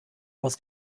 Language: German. aus